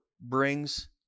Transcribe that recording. brings